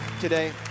today